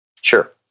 Sure